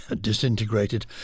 disintegrated